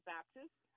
Baptist